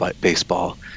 baseball